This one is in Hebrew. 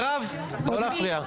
מירב, לא להפריע.